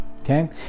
okay